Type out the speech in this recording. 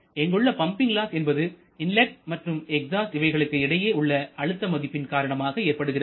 இங்குள்ள pumping loss என்பது inlet மற்றும் எக்ஸாஸ்ட் இவைகளுக்கு இடையே உள்ள அழுத்த மதிப்பின் காரணமாக ஏற்படுகிறது